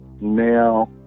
Now